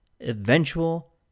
eventual